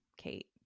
Kate